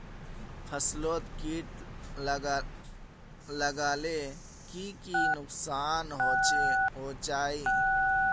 फसलोत किट लगाले की की नुकसान होचए?